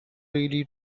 really